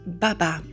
baba